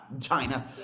China